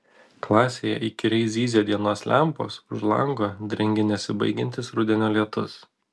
klasėje įkyriai zyzia dienos lempos už lango drengia nesibaigiantis rudenio lietus